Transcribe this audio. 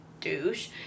douche